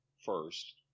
first